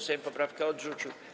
Sejm poprawkę odrzucił.